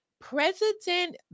President